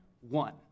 one